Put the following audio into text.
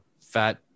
fat